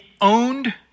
owned